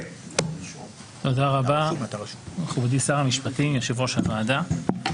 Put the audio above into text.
תודה רבה, מכובדי שר המשפטים, יושב-ראש הוועדה,